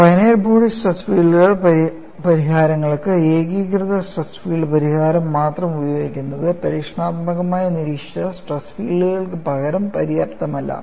finite body stress ഫീൽഡുകൾ പരിഹാരങ്ങൾക്ക് ഏകീകൃത സ്ട്രെസ് ഫീൽഡ് പരിഹാരം മാത്രം ഉപയോഗിക്കുന്നത് പരീക്ഷണാത്മകമായി നിരീക്ഷിച്ച സ്ട്രെസ് ഫീൽഡുകൾക്കു പകരം പര്യാപ്തമല്ല